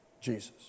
Jesus